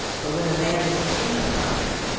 but when a man is in the fire,